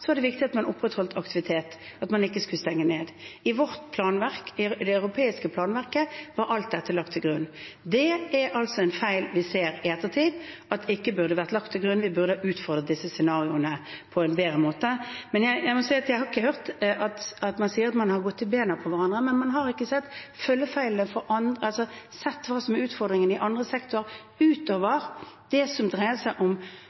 det viktig at man opprettholdt aktivitet, at man ikke skulle stenge ned. I vårt planverk og i det europeiske planverket var alt dette lagt til grunn. Det er altså en feil vi ser i ettertid, at det ikke burde vært lagt til grunn, at vi burde ha utfordret disse scenarioene på en bedre måte. Jeg må si at jeg ikke har hørt at man sier at man har gått i beina på hverandre, men man har ikke sett følgefeilene for andre, altså ikke sett hva som er utfordringen i andre sektorer, utover det som dreier seg om